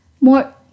more